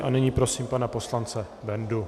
A nyní prosím pana poslance Bendu.